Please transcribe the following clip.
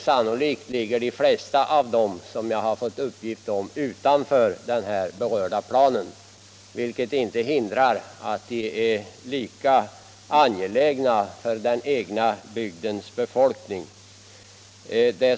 Sannolikt ligger de flesta av de broar som jag har fått uppgift om utanför den nämnda planen, vilket inte hindrar att bevarandet av dem är mycket angeläget för den egna bygdens befolkning.